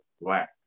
black